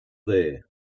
there